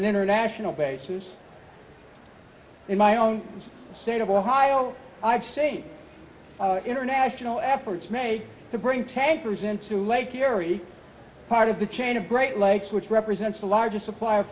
an international basis in my own state of ohio i've seen international efforts made to bring tankers into lake erie part of the chain of great lakes which represents the largest suppl